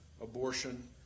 abortion